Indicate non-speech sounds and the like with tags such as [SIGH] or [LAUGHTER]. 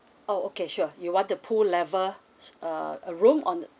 oh okay sure you want the pool level [NOISE] err a room on